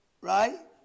right